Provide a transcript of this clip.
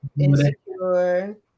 Insecure